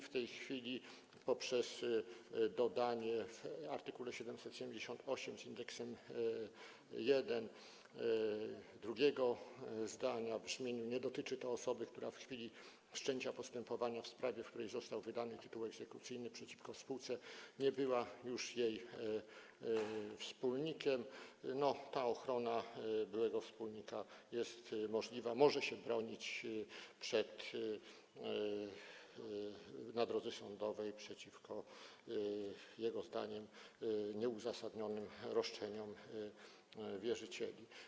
W tej chwili poprzez dodanie w art. 778 drugiego zdania w brzmieniu: „Nie dotyczy to osoby, która w chwili wszczęcia postępowania w sprawie, w której został wydany tytuł egzekucyjny przeciwko spółce, nie była już jej wspólnikiem”, ta ochrona byłego wspólnika jest możliwa, może się on bronić na drodze sądowej przed, jego zdaniem, nieuzasadnionymi roszczeniami wierzycieli.